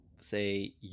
say